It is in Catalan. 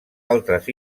altres